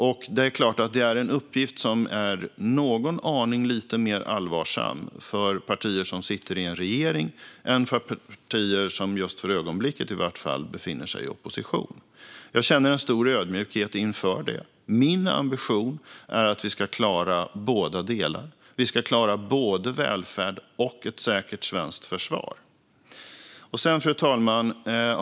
Det är också klart att det är en uppgift som är någon aning mer allvarsam för partier som sitter i en regering än för partier som i varje fall just för ögonblicket befinner sig i opposition. Jag känner en stor ödmjukhet inför det. Min ambition är att vi ska klara båda delarna. Vi ska klara både välfärd och ett säkert svenskt försvar. Fru talman!